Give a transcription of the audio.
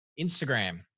Instagram